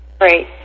Great